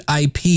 IP